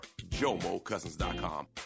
JOMOCousins.com